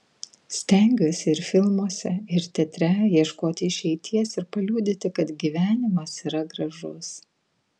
stengiuosi ir filmuose ir teatre ieškoti išeities ir paliudyti kad gyvenimas yra gražus